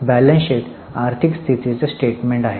balance sheet आर्थिक स्थितीचे statement आहे